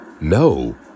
no